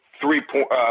three-point